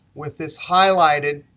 with this highlighted,